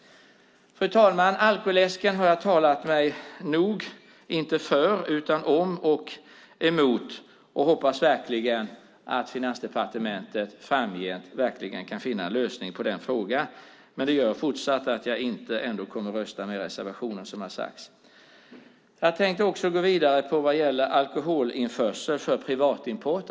Fru talman! Om alkoläsken har jag uttalat mig nog, inte för utan emot, och jag hoppas verkligen att Finansdepartementet framgent kan finna en lösning på den frågan, men det gör ändå fortsatt att jag inte kommer att rösta med reservationen. Jag tänkte gå vidare när det gäller alkoholinförsel för privatimport.